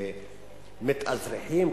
"מתאזרחים",